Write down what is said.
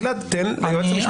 גלעד, תן ליועץ המשפטי לדבר.